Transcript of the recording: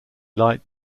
light